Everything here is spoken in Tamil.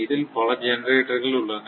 இதில் பல ஜெனெரேட்டர்கள் உள்ளன